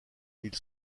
ils